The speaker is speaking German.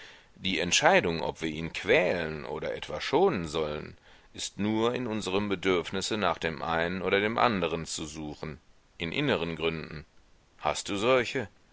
die entscheidung ob wir ihn quälen oder etwa schonen sollen ist nur in unserem bedürfnisse nach dem einen oder dem anderen zu suchen in inneren gründen hast du solche